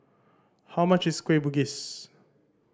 how much is Kueh Bugis